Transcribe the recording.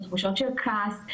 בתחושות של כעס,